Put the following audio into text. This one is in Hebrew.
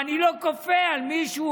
אני לא כופה על מישהו,